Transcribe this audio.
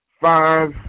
Five